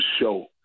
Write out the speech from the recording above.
show